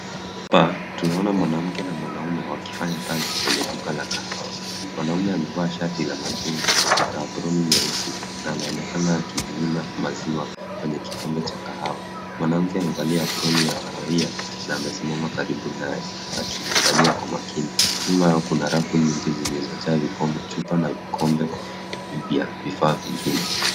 Hapa tunaona mwanamke na mwanaume wakifanya kazi kwenye duka la kahawa. Mwanaume amevaa shati la machungwa na aproni nyeusi na anaonekana akimimina maziwa kwenye kikombe cha kahawa. Mwanamke amevalia aproni ya kahawia na amesimama karibu naye akimwangalia kwa makini. Nyuma yao kuna rafu nyingi zilizojaa vikombe, chupa na vikombe mpya, vifaa vingine.